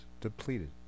depleted